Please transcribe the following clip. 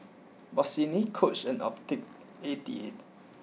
Bossini Coach and Optical eighty eight